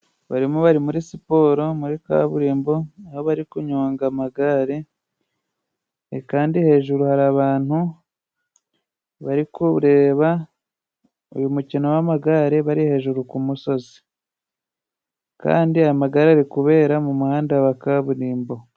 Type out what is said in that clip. Barimo bari muri siporo muri kaburimbo. Aho bari kunyonga amagare, kandi hejuru hari abantu barikureba uyu mukino w'amagare bari hejuru ku musozi. Kandi amagare ari kubera mu muhanda wa kaburimbo.